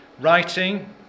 writing